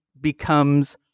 becomes